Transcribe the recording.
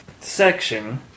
section